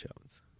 Jones